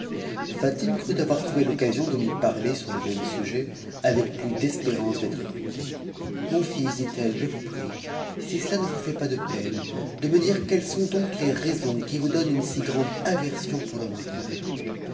crut avoir trouvé l'occasion de lui parler sur je même sujet avec plus d'espérance d'être écoutée mon fils dit-elle je vous prie si cela ne vous fait pas de peine de me dire quelles sont donc les raisons qui vous donnent une si grande aversion pour le mariage